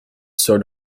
sort